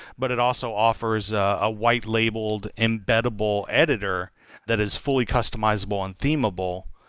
but it also offers a ah white-labeled embeddable editor that is fully customizable and themable,